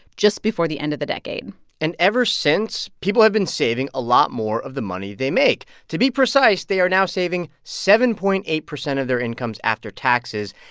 just before the end of the decade and ever since, people have been saving a lot more of the money they make. to be precise, they are now saving seven point eight zero of their incomes after taxes,